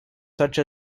such